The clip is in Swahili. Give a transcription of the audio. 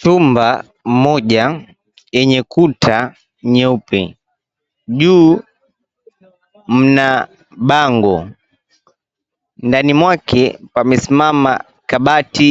Chumba moja yenye kuta nyeupe. Juu mna bango. Ndani mwake pamesimama kabati